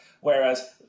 Whereas